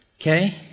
okay